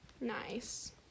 Nice